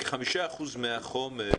כחמישה אחוזים מהחומר,